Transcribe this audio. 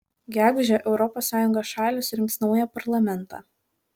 gegužę europos sąjungos šalys rinks naują parlamentą